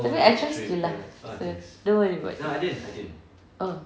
tapi I trust you lah don't worry about that oh